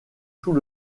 tout